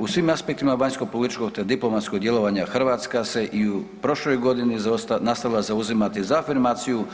U svim aspektima vanjskopolitičkog te diplomatskog djelovanja Hrvatska se i u prošloj godini nastavila zauzimati za afirmaciju